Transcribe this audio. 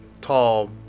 tall